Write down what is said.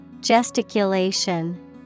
Gesticulation